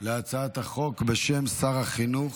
על הצעת החוק בשם שר החינוך,